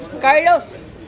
carlos